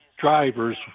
drivers